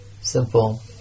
simple